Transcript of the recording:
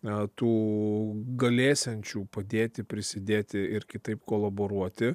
na tų galėsiančių padėti prisidėti ir kitaip kolaboruoti